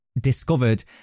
discovered